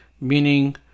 meaning